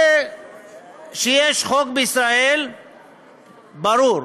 זה שיש חוק בישראל, ברור.